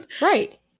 right